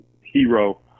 hero